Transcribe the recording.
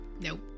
Nope